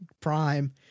prime